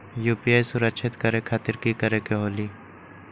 UPI सुरक्षित करे खातिर कि करे के होलि?